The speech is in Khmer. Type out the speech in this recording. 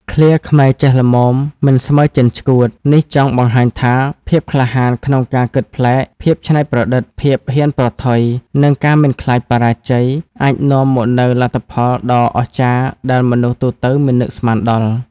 ឃ្លា ខ្មែរចេះល្មមមិនស្មេីចិនឆ្កួត នេះចង់បង្ហាញថា ភាពក្លាហានក្នុងការគិតប្លែក ភាពច្នៃប្រឌិត ភាពហ៊ានប្រថុយ និងការមិនខ្លាចបរាជ័យ អាចនាំមកនូវលទ្ធផលដ៏អស្ចារ្យដែលមនុស្សទូទៅមិននឹកស្មានដល់។